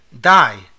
die